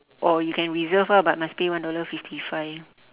or you can reserve ah but must pay one dollar fifty five